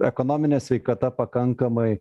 ekonominė sveikata pakankamai